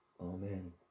amen